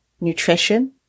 nutrition